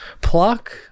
Pluck